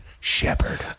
shepherd